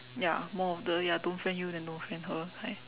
ya more of the ya don't friend you then don't friend her kind